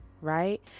right